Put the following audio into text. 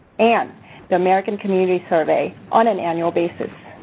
and the american community survey on an annual basis.